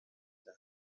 دهم